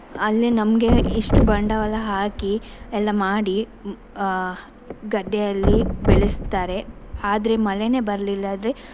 ಅಲ್ಲಿ ನಮಗೆ ಇಷ್ಟು ಬಂಡವಾಳ ಹಾಕಿ ಎಲ್ಲ ಮಾಡಿ ಗದ್ದೆಯಲ್ಲಿ ಬೆಳೆಸ್ತಾರೆ ಆದರೆ ಮಳೆಯೇ ಬರಲಿಲ್ಲಾದರೆ